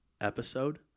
episode